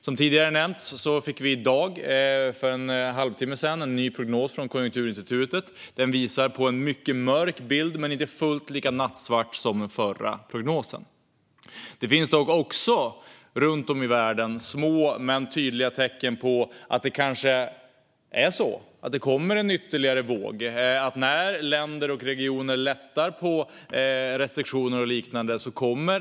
Som tidigare nämnts fick vi i dag, för en halvtimme sedan, en ny prognos från Konjunkturinstitutet. Den ger en mycket mörk bild, men den är inte fullt lika nattsvart som den förra prognosen. Runt om i världen finns det dock även små men tydliga tecken på att det kanske kommer en ytterligare våg - att viruset kommer tillbaka när länder och regioner lättar på restriktioner och liknande.